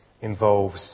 involves